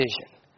decision